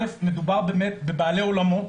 מדובר בבעלי אולמות